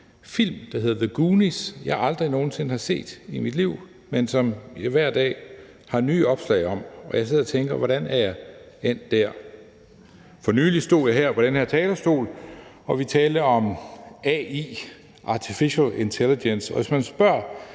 film, der hedder »The Goonies«, som jeg aldrig nogen sinde har set i mit liv, men som jeg hver dag ser nye opslag om. Jeg sidder og tænker, hvordan jeg er endt der. For nylig stod jeg her på den her talerstol og talte om AI, artificial intelligence. Og hvis man spørger